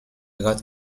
got